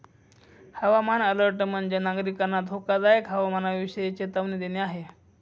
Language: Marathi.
हवामान अलर्ट म्हणजे, नागरिकांना धोकादायक हवामानाविषयी चेतावणी देणे आहे